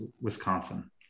Wisconsin